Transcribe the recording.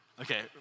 Okay